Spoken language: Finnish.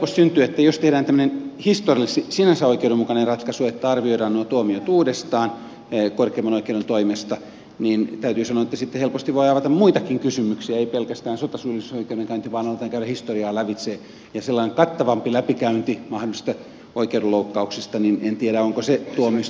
jos tehdään tämmöinen historiallisesti sinänsä oikeudenmukainen ratkaisu että arvioidaan nuo tuomiot uudestaan korkeimman oikeuden toimesta niin täytyy sanoa että sitten helposti voi avata muitakin kysymyksiä ei pelkästään sotasyyllisyysoikeudenkäyntiä vaan aletaan käydä historiaa lävitse ja en tiedä onko sellainen kattavampi läpikäynti mahdollisista oikeudenloukkauksista tuomioistuimen asia tehdä